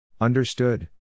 Understood